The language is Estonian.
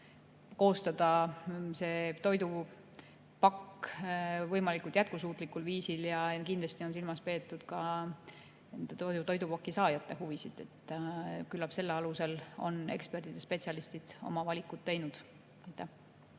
koostada see toidupakk võimalikult jätkusuutlikul viisil ja kindlasti on silmas peetud toidupaki saajate huvisid. Küllap selle alusel on eksperdid ja spetsialistid oma valikud teinud.